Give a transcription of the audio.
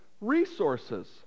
resources